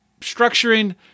structuring